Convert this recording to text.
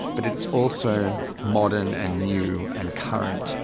but it's also modern and new and current.